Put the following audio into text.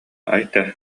айта